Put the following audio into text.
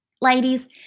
Ladies